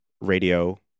radio